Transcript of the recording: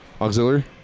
auxiliary